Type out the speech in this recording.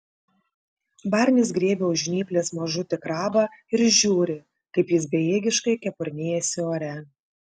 barnis griebia už žnyplės mažutį krabą ir žiūri kaip jis bejėgiškai kepurnėjasi ore